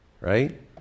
right